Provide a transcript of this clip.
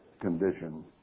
condition